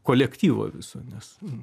kolektyvo visų nes